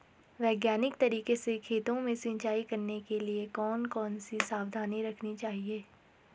वैज्ञानिक तरीके से खेतों में सिंचाई करने के लिए कौन कौन सी सावधानी रखनी चाहिए?